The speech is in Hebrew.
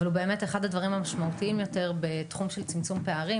אבל הוא באמת אחד הדברים המשמעותיים יותר בתחום של צמצום פערים